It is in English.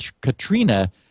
Katrina